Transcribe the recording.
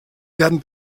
werden